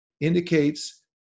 indicates